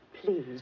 Please